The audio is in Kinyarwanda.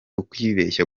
ukwibeshya